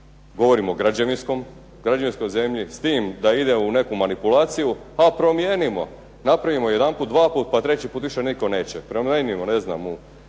govorim o građevinskoj zemlji, s tim da ide u neku manipulaciju pa promijenimo, napravimo jedanput, dvaput pa treći put više nitko neće. …/Govornik se ne